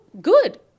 good